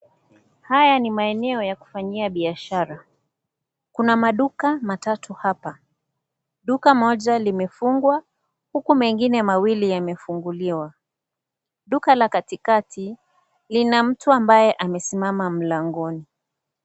Haya ni maeneo ya kufanyia bishara, kuna maduka matatu hapa, duka moja limefungwa huku mengine mawili yamefunguliwa, duka la katikati lina mtu ambaye amesimama mlangoni.